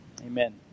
Amen